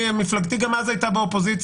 מפלגתי גם אז הייתה באופוזיציה,